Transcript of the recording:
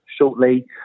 shortly